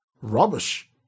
rubbish